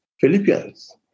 Philippians